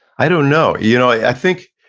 i don't know. you know i think,